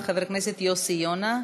חבר הכנסת יוסי יונה,